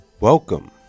Welcome